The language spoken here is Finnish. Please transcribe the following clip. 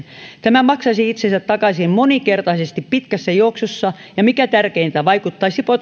tämä maksaisi itsensä takaisin moninkertaisesti pitkässä juoksussa ja mikä tärkeintä vaikuttaisi